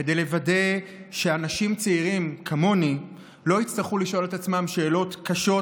כדי לוודא שאנשים צעירים כמוני לא יצטרכו לשאול את עצמם שאלות קשות,